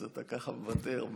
אז אתה ככה מוותר.